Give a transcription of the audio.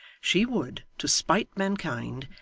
she would, to spite mankind,